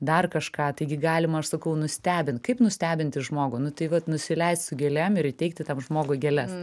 dar kažką taigi galima aš sakau nustebint kaip nustebinti žmogų tai vat nusileist su gėlėm ir įteikti tam žmogui gėles